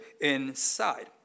inside